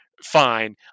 Fine